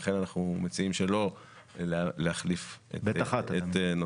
לכן אנחנו מציעים שלא להחליף את נוסחו.